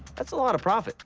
that's a lot of profit